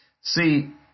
See